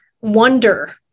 wonder